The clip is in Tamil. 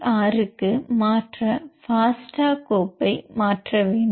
ஆர்க்கு மாற்ற ஃபாஸ்டா கோப்பை மாற்ற வேண்டும்